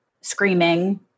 screaming